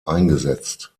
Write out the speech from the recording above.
eingesetzt